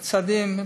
צעדים,